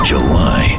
July